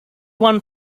won